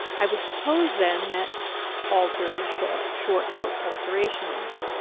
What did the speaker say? i would suppose then that alter is short, short for alterations,